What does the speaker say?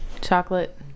Chocolate